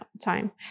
time